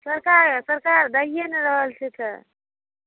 सरकार सरकार दैये नहि रहल छै ठीक छै